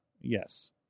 Yes